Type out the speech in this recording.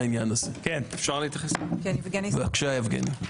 בבקשה, יבגני.